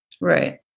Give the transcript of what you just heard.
Right